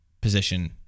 position